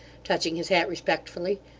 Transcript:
touching his hat respectfully,